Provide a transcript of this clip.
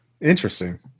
Interesting